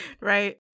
right